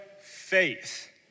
faith